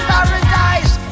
Paradise